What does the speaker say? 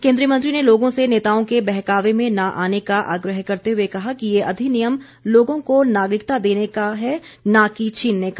केन्द्रीय मंत्री ने लोगों से नेताओं के बहकावे में न आने का आग्रह करते हुए कहा कि ये अधिनियम लोगों को नागरिकता देने का है न की छीनने का